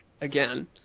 again